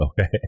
Okay